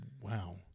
wow